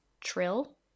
trill